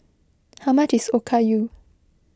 how much is Okayu